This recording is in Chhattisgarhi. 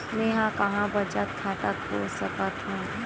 मेंहा कहां बचत खाता खोल सकथव?